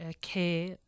care